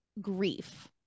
grief